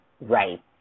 right